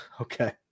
Okay